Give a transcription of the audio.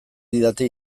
didate